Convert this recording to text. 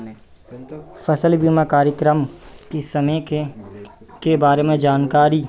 नहीं फसल बीमा कार्यक्रम की समय के के बारे में जानकारी